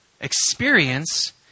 experience